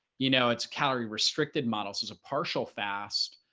you know, its calorie restricted models is a partial fast,